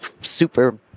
super